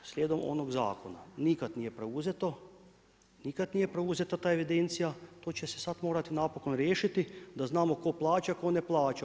Slijedom onog zakona, nikada nije preuzeto, nikad nije preuzeta ta evidencija, to će se morati sad napokon riješiti, da znamo tko plaća tko ne plaća.